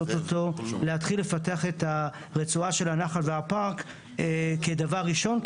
נכון להתחיל ולפתח את רצועת הנחל והפארק דבר ראשון.